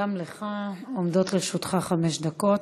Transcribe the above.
גם לרשותך עומדות חמש דקות.